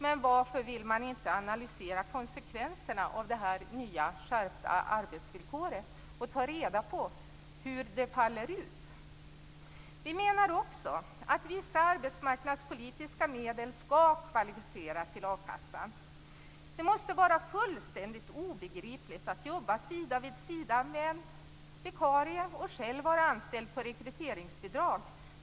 Men varför vill man inte analysera konsekvenserna av det nya skärpta arbetsvillkoret och ta reda på hur det faller ut? Vi menar också att vissa arbetsmarknadspolitiska medel skall kvalificera till a-kassa. Det måste vara fullständigt obegripligt att jobba sida vid sida med en vikarie och själv vara anställd på rekryteringsbidrag.